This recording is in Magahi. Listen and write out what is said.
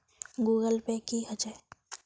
गूगल पै की होचे?